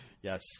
Yes